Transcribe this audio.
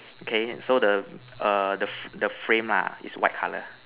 okay so the err the the frame lah is white color